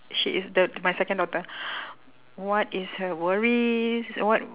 she is the my second daughter what is her worries what